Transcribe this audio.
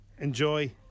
Enjoy